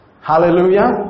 Hallelujah